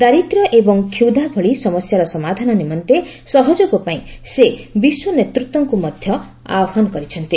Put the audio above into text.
ଦାରିଦ୍ର୍ୟ ଏବଂ କ୍ଷୁଧା ଭଳି ସମସ୍ୟାର ସମାଧାନ ନିମନ୍ତେ ସହଯୋଗ ପାଇଁ ସେ ବିଶ୍ୱ ନେତୃତ୍ୱଙ୍କୁ ମଧ୍ୟ ଆହ୍ଠାନ କରିଛନ୍ତି